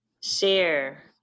Share